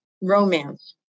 Romance